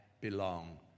belong